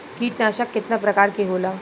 कीटनाशक केतना प्रकार के होला?